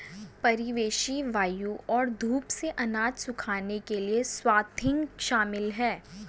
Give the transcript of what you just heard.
परिवेशी वायु और धूप से अनाज सुखाने के लिए स्वाथिंग शामिल है